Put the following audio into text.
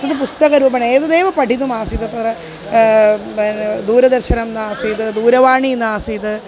तद् पुस्तकरूपेण एतदेव पठितुमासीत् तत्र दूरदर्शनं नासीत् दूरवाणी नासीत्